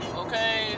okay